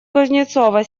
кузнецова